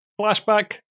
flashback